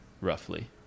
roughly